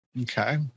Okay